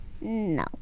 No